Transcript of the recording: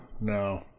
No